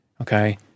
Okay